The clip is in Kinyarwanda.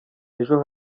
ejo